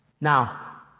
Now